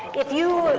if you,